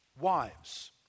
wives